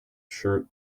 shirt